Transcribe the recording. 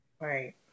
Right